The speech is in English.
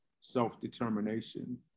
self-determination